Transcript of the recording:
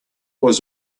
was